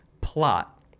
plot